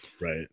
Right